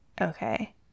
Okay